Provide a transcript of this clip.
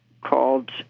called